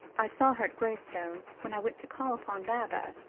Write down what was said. i saw her at graystone, when i went to call upon baba,